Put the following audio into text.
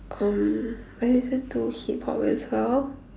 um I listen to hip hop as well